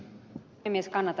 kannatan ed